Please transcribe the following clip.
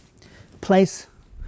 place